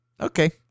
okay